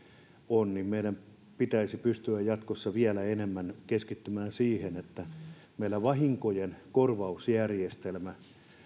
on meidän pitäisi pystyä jatkossa vielä enemmän keskittymään siihen että meillä vahinkojen korvausjärjestelmä